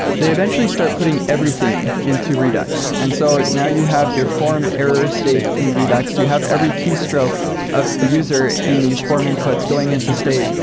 they eventually start putting everything into redux. and so now you have your form error state in redux. you have every keystroke of the user in these form inputs going into state.